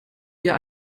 wir